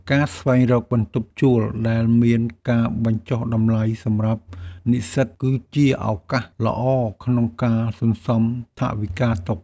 ការស្វែងរកបន្ទប់ជួលដែលមានការបញ្ចុះតម្លៃសម្រាប់និស្សិតគឺជាឱកាសល្អក្នុងការសន្សំថវិកាទុក។